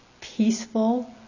peaceful